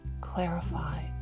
clarify